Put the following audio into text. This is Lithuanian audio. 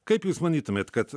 kaip jūs manytumėt kad